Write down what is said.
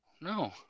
No